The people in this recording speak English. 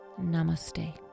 Namaste